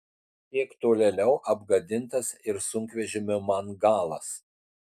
kiek tolėliau apgadintas ir sunkvežimio man galas